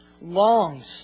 longs